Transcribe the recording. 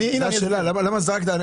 זאת השאלה, למה זרקת?